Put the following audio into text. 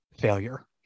failure